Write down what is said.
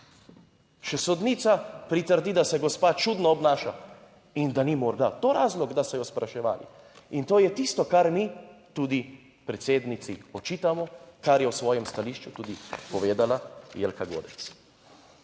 Še sodnica pritrdi, da se gospa čudno obnaša in da ni morda to razlog, da so jo spraševali, in to je tisto, kar mi tudi predsednici očitamo, kar je v svojem stališču tudi povedala Jelka Godec.